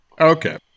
Okay